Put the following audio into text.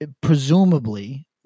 presumably